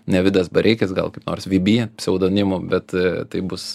ne vidas bareikis gal kaip nors vyby pseudonimu bet tai bus